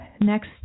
Next